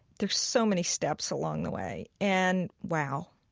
there are so many steps along the way. and, wow.